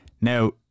now